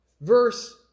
verse